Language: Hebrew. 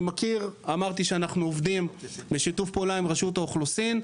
אמרתי שאנחנו עובדים בשיתוף פעולה עם רשות האוכלוסין,